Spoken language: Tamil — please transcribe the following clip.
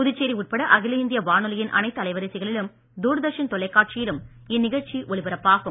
புதுச்சேரி உட்பட அகில இந்திய வானொலியின் அனைத்து அலைவரிசைகளிலும் தூர்தர்ஷன் தொலைக்காட்சியிலும் இந்நிகழ்ச்சி ஒலிபரப்பாகும்